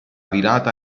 virata